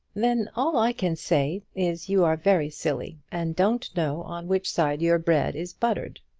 then all i can say is you are very silly, and don't know on which side your bread is buttered.